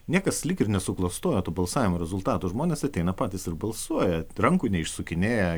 niekas lyg ir nesuklastojo balsavimo rezultatų žmonės ateina patys ir balsuoja rankų neišsukinėja